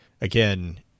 again